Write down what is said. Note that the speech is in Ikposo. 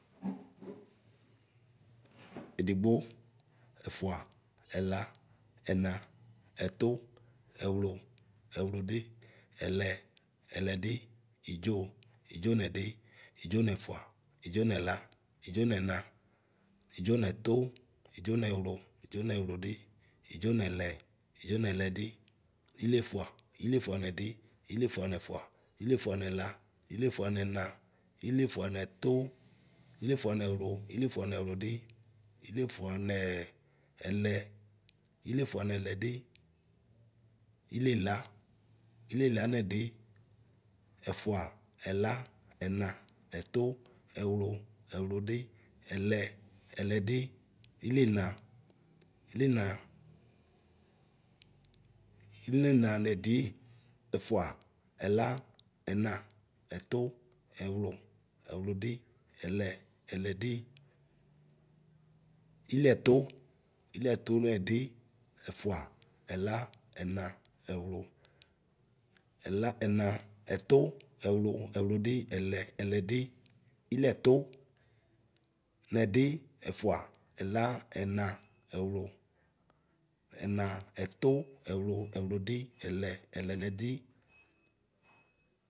Edigbo, ɛfua, ɛla, ɛna, ɛtʋ ɛwlʋ ɛwlʋdi, ɛlɛ ɛlɛdi idzo, idzonɛdɔ idzonɛfua, idzonɛla, idzonɛna, idzo nɛtu, idzonɛwlʋ. idzonɛwlʋdɔ, idzonɛlɛ, idzonɛlɛdɔ, iliefua, iliefuznɛdɔ, iliefuanɛfua, iliefunɛla, iliefuanɛna. iliefunɛtu, iliefuanɛwlʋ. iliefunɛwlaʋlʋdɔ, iliefuanɛɛ, ɛlɛ iliefuanɛlɛdi, ilielɣ. ilielɣnɛdi, ɛfua, ɛla, ɛna, ɛtu, ɛlwlʋ, ɛwludʋ, ɛlɛ, ɛlɛdʋ, ilienɣ. ilienanɛdʋ, ɛfua, ɛla, ɛna, ɛwlʋ, ɛwlʋdʋ, ɛlɛ, ɛlɛdʋ, iliɛtʋ, iliɛtʋnɛdʋ, ɛfua, ɛla, ɛna, ɛwlʋ, ɛla, ɛna, ɛtʋ, ɛwlʋ, ɛwlʋdʋ, iliɛtʋ, nɛdi, ɛfua, ɛla, ɛna, ɛwlʋ, ɛna, ɛtu, ɛwlʋ, ɛwlʋdʋ, ɛlɛ, ɛlɛnɛdʋ.